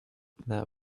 that